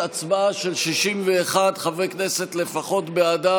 הצבעה של 61 חברי כנסת לפחות בעד,